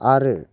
आरो